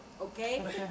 Okay